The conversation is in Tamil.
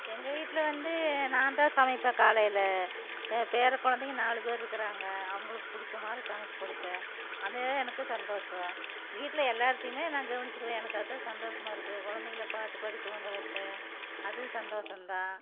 எங்கள் வீட்டில் வந்து நாந்தான் சமைப்பேன் காலையில் ஏ பேரக்குழந்தைங்க நாலுப்பேர் இருக்கிறாங்க அவங்களுக்கு பிடிச்ச மாதிரி சமைச்சு கொடுப்பேன் அந்தே எனக்கு சந்தோஷம் வீட்டில் எல்லாருத்தையுமே நான் கவனிச்சிக்குவேன் எனக்கு அதுதான் சந்தோஷமாக இருக்கு குழந்தைகள பாட்டுப்பாடி தூங்க வப்பேன் அதுவும் சந்தோஷந்தான்